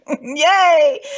Yay